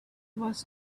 was